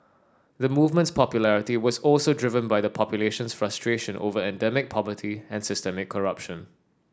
the movement's popularity was also driven by the population's frustrations over endemic poverty and systemic corruption